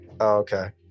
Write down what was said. Okay